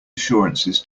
assurances